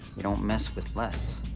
you don't mess with les.